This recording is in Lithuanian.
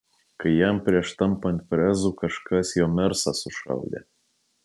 kai jam prieš tampant prezu kažkas jo mersą sušaudė